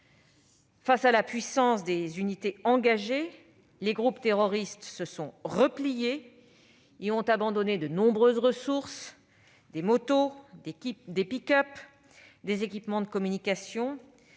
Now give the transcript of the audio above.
Face à la puissance des unités engagées, les groupes terroristes se sont repliés et ont abandonné de nombreuses ressources : des motos, des pick-up, des équipements de communication,